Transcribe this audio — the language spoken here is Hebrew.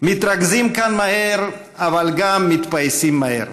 מתרגזים כאן מהר, אבל גם מתפייסים מהר,